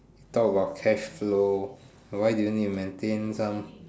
talk about cashflow why do you need to maintain some